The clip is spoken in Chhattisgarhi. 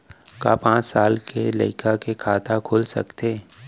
का पाँच साल के लइका के खाता खुल सकथे?